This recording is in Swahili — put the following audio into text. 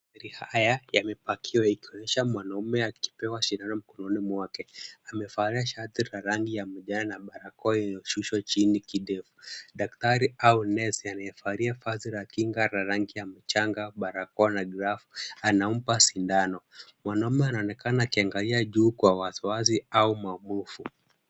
Magari haya yamepakiwa ikionyesha mwanaume akipewa shindano mkononi mwake. Amevalia shati la rangi ya majani na barakoa iliyoshushwa chini kidevu. Daktari au nesi anayevalia vazi la kinga la rangi ya mchanga, barakoa na glavu anampa sindano. Mwanaume anaonekana akiangalia juu kwa wasiwasi au maumivu.